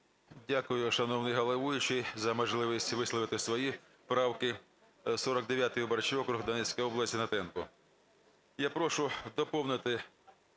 Дякую, шановний головуючий, за можливість висловити свої правки. 49 виборчий округ, Донецька область, Гнатенко.